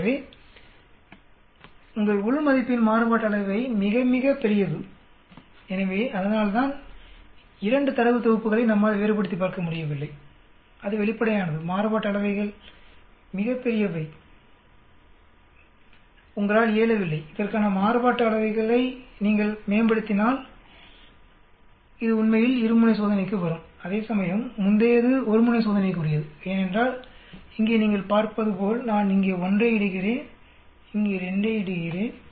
ஆகவே உங்கள் உள் மதிப்பின் மாறுபாட்டு அளவை மிக மிகப் பெரியது எனவே அதனால்தான் 2 தரவுத் தொகுப்புகளை நம்மால் வேறுபடுத்திப் பார்க்க முடியவில்லை அது வெளிப்படையானது மாறுபாட்டு அளவைகள் மிகப் பெரியவை உங்களால் இயலவில்லை இதற்கான மாறுட்டு அளவைகளை நீங்கள் மேம்படுத்தினால் இது உண்மையில் இரு முனை சோதனைக்கு வரும் அதேசமயம் முந்தையது ஒரு முனை சோதனைக்குரியது ஏனென்றால் இங்கே நீங்கள் பார்ப்பது போல் நான் இங்கே 1 ஐ இடுகிறேன் இங்கே நான் 2 ஐ இடுகிறேன்